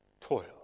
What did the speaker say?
toil